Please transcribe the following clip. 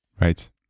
Right